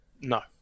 No